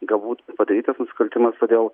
galbūt padarytas nusikaltimas todėl